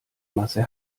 masse